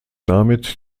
damit